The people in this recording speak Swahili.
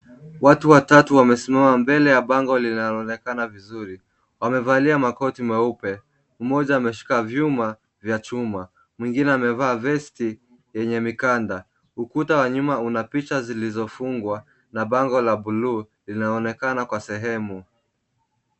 Watu watatu wamesimama mbele ya bango linaloonekana vizuri, wamevalia makoti meupe. Mmoja ameshika vyuma vya chuma, mwengine amevaa vesti yenye mikanda. Ukuta wa nyuma una picha zilizofungwa na bango la blue linaonekana kwa sehemu.